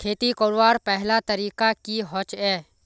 खेती करवार पहला तरीका की होचए?